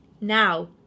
now